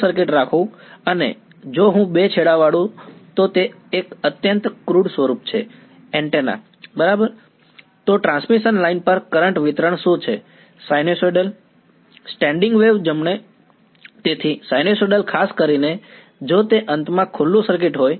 standing wave ખાસ કરીને જો તે અંતમાં ખુલ્લું સર્કિટ હોય